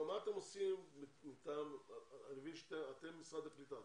אני מבין שאתם משרד הקליטה,